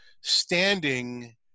standing